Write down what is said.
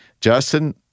justin